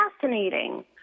fascinating